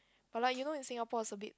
but like you know in Singapore is a bit